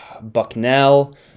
Bucknell